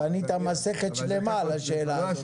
בנית מסכת שלימה על השאלה.